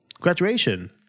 Graduation